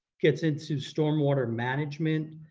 gets into stormwater management,